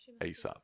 ASAP